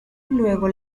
luego